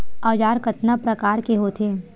औजार कतना प्रकार के होथे?